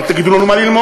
אל תגידו לנו מה ללמוד,